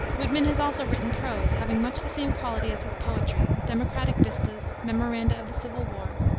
whitman has also written prose having much the same quality as his poetry democratic vistas, memoranda of the civil war,